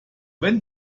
wenn